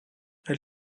elle